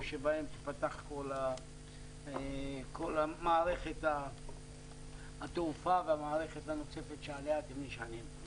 שבהם תיפתח כל מערכת התעופה והמערכת הנוספת שעליה אתם נשענים.